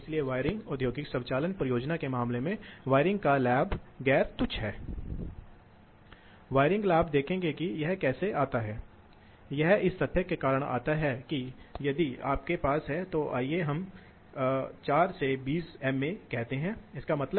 तो दूसरी ओर आपके पास एक है एक लोड का एक निश्चित विशेषता साधन है आप इस लोड के माध्यम से एक निश्चित मात्रा में प्रवाह बनाना चाहते हैं तो शायद भट्ठी के माध्यम से